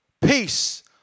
Peace